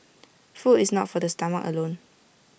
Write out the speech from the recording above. food is not for the stomach alone